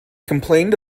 complained